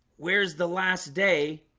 where's the last day